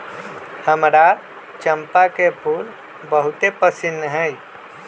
हमरा चंपा के फूल बहुते पसिन्न हइ